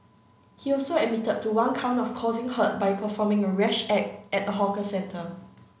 he also admitted to one count of causing hurt by performing a rash act at a hawker centre